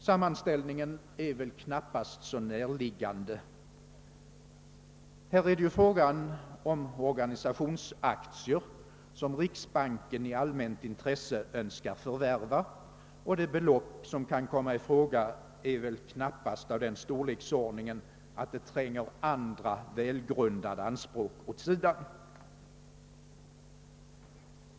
Sammanställningen är väl knappast motiverad; det är här fråga om organisationsaktier som riksbanken i allmänt intresse önskar förvärva, och det belopp som kan komma i fråga är troligen inte av den storleksordningen att det tränger andra välgrundade anspråk åt sidan.